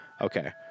Okay